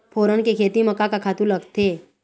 फोरन के खेती म का का खातू लागथे?